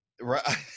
Right